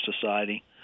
Society